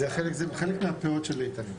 זה חלק מהפאות של איתנים.